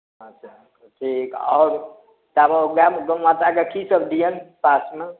अच्छा तऽ ठीक आओर ताबे गउ माताकेँ कीसभ दियनि पाचमे